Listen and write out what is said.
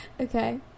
Okay